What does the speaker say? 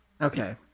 okay